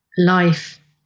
Life